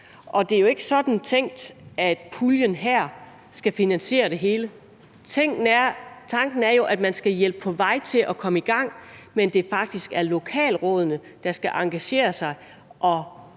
Og det er jo ikke sådan tænkt, at puljen her skal finansiere det hele. Tanken er jo, at man skal hjælpe på vej til at komme i gang, men at det faktisk er lokalrådene, der skal engagere sig og